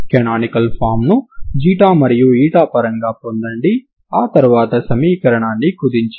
canonical ఫామ్ను ξ మరియు η పరంగా పొందండి ఆ తర్వాత సమీకరణాన్ని కుదించండి